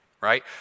right